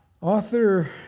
Author